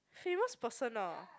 famous person ah